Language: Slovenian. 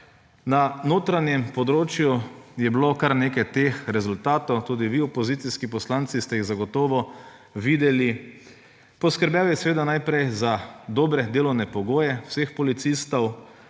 Na notranjem področju je bilo kar nekaj teh rezultatov. Tudi vi, opozicijski poslanci, ste jih zagotovo videli. Poskrbel je seveda najprej za dobre delovne pogoje vseh policistov,